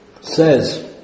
says